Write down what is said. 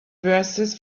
verses